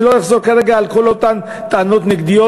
אני לא אחזור כרגע על כל אותן טענות נגדיות,